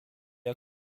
are